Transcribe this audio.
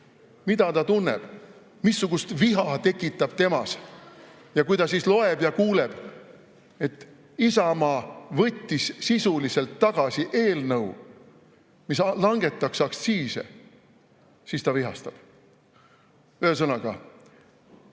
Mida ta tunneb? Missugust viha see tekitab temas. Ja kui ta siis loeb ja kuuleb, et Isamaa võttis sisuliselt tagasi eelnõu, mis langetaks aktsiise, siis ta vihastab. Ühesõnaga,